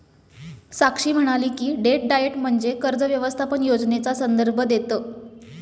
साक्षी म्हणाली की, debt diet म्हणजे कर्ज व्यवस्थापन योजनेचा संदर्भ देतं